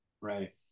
Right